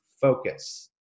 focus